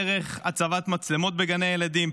דרך הצבת מצלמות בגני הילדים,